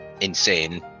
insane